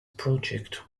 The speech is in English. project